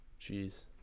Jeez